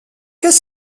qu’est